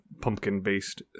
pumpkin-based